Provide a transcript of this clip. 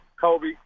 Kobe